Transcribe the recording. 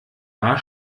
war